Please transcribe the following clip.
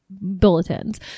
bulletins